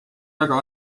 väga